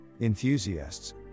enthusiasts